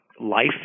life